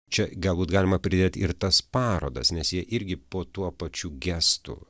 čia galbūt galima pridėt ir tas parodas nes jie irgi po tuo pačiu gestu